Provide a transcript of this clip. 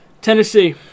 Tennessee